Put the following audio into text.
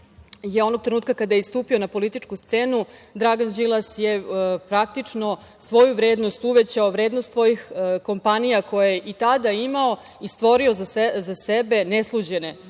onog trenutka kada je stupio na političku scenu Dragan Đilas je praktično svoju vrednost uvećao, vrednost svojih kompanija koje je i tada imao i stvorio za sebe nesluđene